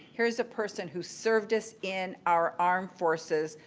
here's a person who served us in our armed forces,